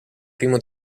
primo